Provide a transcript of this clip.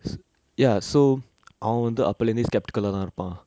so ya so அவ வந்து அப்பள இருந்தெ:ava vanthu apala irunthe skeptical lah தா இருப்பா:tha irupa